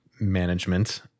management